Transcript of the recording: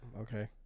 Okay